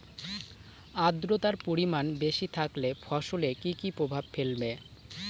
আদ্রর্তার পরিমান বেশি থাকলে ফসলে কি কি প্রভাব ফেলবে?